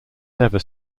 never